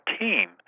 team